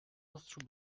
ostrzu